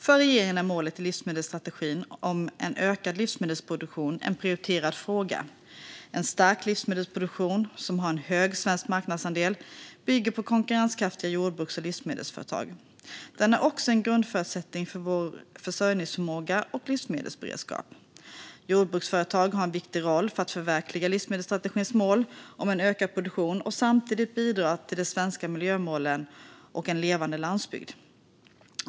För regeringen är målet i livsmedelsstrategin om en ökad livsmedelsproduktion en prioriterad fråga. En stark livsmedelsproduktion som har en hög svensk marknadsandel bygger på konkurrenskraftiga jordbruks och livsmedelsföretag. Den är också en grundförutsättning för vår försörjningsförmåga och livsmedelsberedskap. Jordbruksföretag har en viktig roll för att förverkliga livsmedelsstrategins mål om en ökad produktion och samtidigt bidra till de svenska miljömålen och en levande landsbygd.